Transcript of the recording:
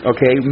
Okay